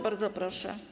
Bardzo proszę.